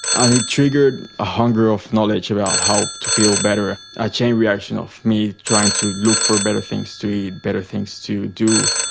and it triggered a hunger for knowledge about how to feel better, a chain reaction of me trying to look for better things to eat, better things to do,